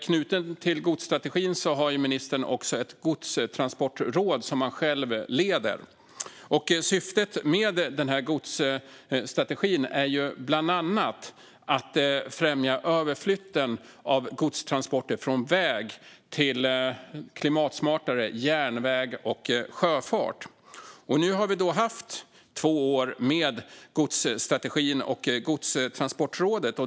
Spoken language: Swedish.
Knutet till godsstrategin har ministern också ett godstransportråd, som han själv leder. Syftet med godsstrategin är bland annat att främja överflytten av godstransporter från väg till klimatsmartare järnväg och sjöfart. Nu har vi haft två år med godsstrategin och godstransportrådet.